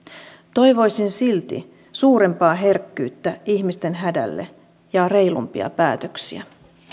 toivoisin silti suurempaa herkkyyttä ihmisten hädälle ja reilumpia päätöksiä